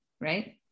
right